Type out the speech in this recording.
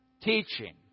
Teaching